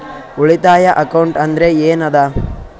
ಉಳಿತಾಯ ಅಕೌಂಟ್ ಅಂದ್ರೆ ಏನ್ ಅದ?